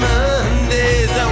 Mondays